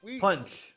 Punch